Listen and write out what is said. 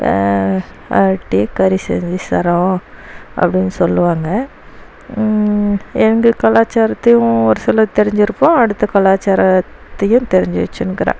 ஆட்டி கறி செஞ்சு சறோம் அப்படின் சொல்லுவாங்க எங்கள் கலாச்சாரத்தையும் ஒரு சிலர் தெரிஞ்சிருப்போம் அடுத்த கலாச்சாரத்தையும் தெரிஞ்சு வெச்சுன்கிறேன்